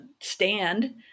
stand